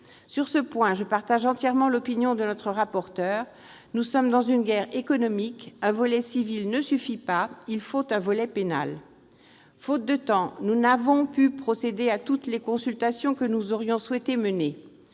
Sur ce point, je partage entièrement l'opinion de notre rapporteur : nous sommes dans une guerre économique ; un volet civil ne suffit pas, il faut un volet pénal. Faute de temps, nous n'avons pu procéder à toutes les consultations que nous aurions souhaité mener.